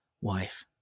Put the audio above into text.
wife